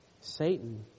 Satan